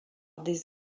des